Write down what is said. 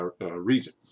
reason